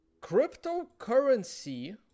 cryptocurrency